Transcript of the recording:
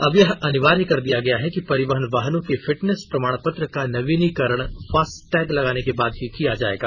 अब यह अनिवार्य कर दिया गया है कि परिवहन वाहनों के फिटनेस प्रमाणपत्र का नवीनीकरण फास्टैग लगाने के बाद ही किया जाएगा